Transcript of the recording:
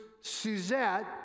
Suzette